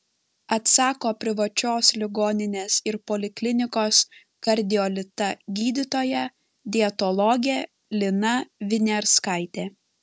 atsako privačios ligoninės ir poliklinikos kardiolita gydytoja dietologė lina viniarskaitė